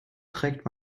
trägt